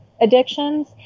addictions